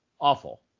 Awful